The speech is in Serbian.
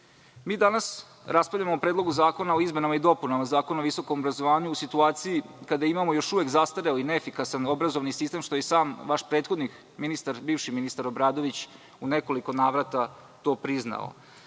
studente. Danas raspravljamo o Predlogu zakona o izmenama i dopunama Zakona o visokom obrazovanju u situaciji kada imamo još uvek zastareli i neefikasan obrazovni sistem, što je i sam prethodni ministar Obradović u nekoliko navrata priznao.